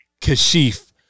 Kashif